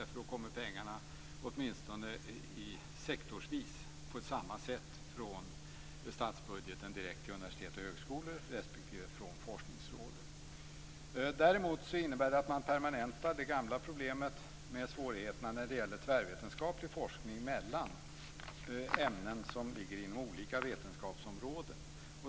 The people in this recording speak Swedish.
Då kommer pengarna åtminstone sektorsvis på samma sätt från statsbudgeten direkt till universitet och högskolor respektive från forskningsråden. Däremot permanentar man de gamla svårigheterna vad gäller tvärvetenskaplig forskning mellan ämnen som ligger inom olika vetenskapsområden.